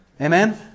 Amen